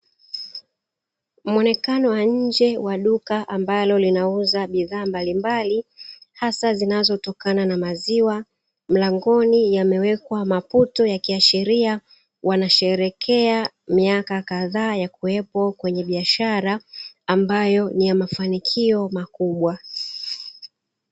Muonekano wa nje duka ambalo linauza bidhaa mbalimbali hasa zinazotokana na maziwa. Mlangoni yamewekwa maputo yakiashiria wanasherehekea miaka kadhaa yakuwepo kwenye biashara ambayo ni ya mafanikio makubwa.